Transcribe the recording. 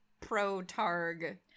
pro-targ